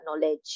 knowledge